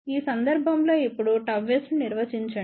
ఈ సందర్భంలో ఇప్పుడు ΓS ని నిర్వచించండి